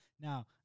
Now